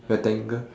rectangle